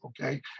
okay